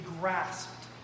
grasped